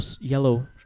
yellow